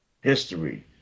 history